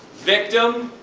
victim,